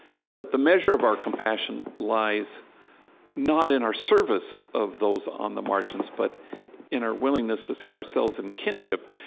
so that the measure of our compassion lies not in our service of those on the margins, but in our willingness to see ourselves in kinship.